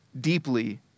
deeply